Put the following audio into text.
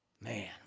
Man